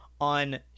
on